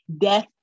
death